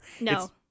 No